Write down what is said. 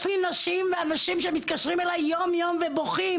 יש לי נשים ואנשים שמתקשרים אליי באופן יום יומי ובוכים